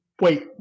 wait